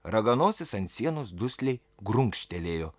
raganosis ant sienos dusliai grunkštelėjo